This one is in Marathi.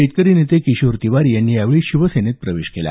शेतकरी नेते किशोर तिवारी यांनी यावेळी शिवसेनेत प्रवेश केला